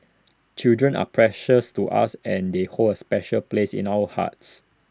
children are precious to us and they hold A special place in our hearts